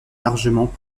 largement